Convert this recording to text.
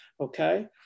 Okay